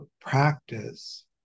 practice